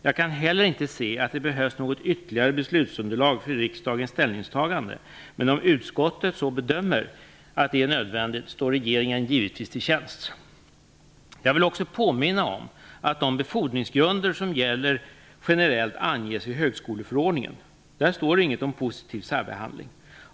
Jag kan heller inte se att det behövs något ytterligare beslutsunderlag för riksdagens ställningstagande, men om utskottet bedömer att det är nödvändigt står regeringen givetvis till tjänst. Jag vill också påminna om att de befordringsgrunder som gäller generellt anges i högskoleförordningen. Där står inget om positiv särbehandling.